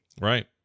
Right